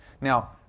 Now